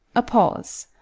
a pause.